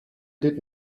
did